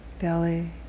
belly